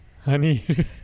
Honey